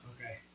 Okay